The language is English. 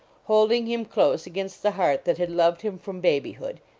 holding him close against the heart that had loved him from babyhood,